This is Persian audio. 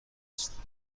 است